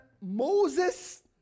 Moses